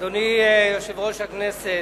אדוני יושב-ראש הכנסת,